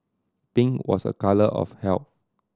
pink was a colour of health